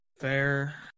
Fair